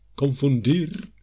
confundir